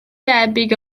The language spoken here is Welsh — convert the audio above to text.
debyg